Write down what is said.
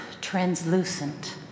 translucent